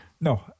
No